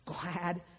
Glad